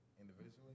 individually